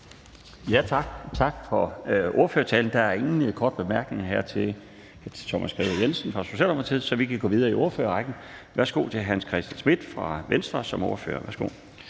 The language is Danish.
Laustsen): Tak for ordførertalen. Der er ingen korte bemærkninger her til hr. Thomas Skriver Jensen fra Socialdemokratiet. Så vi kan gå videre i ordførerrækken. Værsgo til hr. Hans Christian Schmidt fra Venstre som ordfører. Kl.